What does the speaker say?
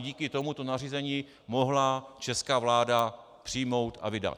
A i díky tomuto nařízení to mohla česká vláda přijmout a vydat.